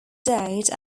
date